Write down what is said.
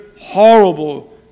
horrible